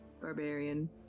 barbarian